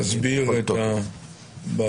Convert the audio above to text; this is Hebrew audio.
תסביר את הבעייתיות.